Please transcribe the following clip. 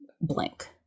blank